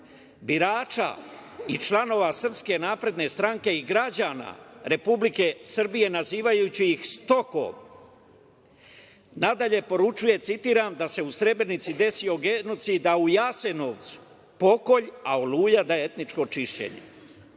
birača i članova SNS i građana Republike Srbije, nazivajući ih stokom. Nadalje poručuje, citiram: „Da se u Srebrenici desio genocid, u Jasenovcu pokolj, a „Oluja“ da je etničko čišćenje“.